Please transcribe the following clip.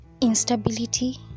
instability